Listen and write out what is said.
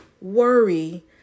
worry